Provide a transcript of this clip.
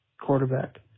quarterback